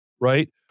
right